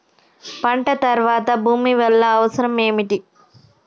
పంట తర్వాత భూమి వల్ల అవసరం ఏమిటి?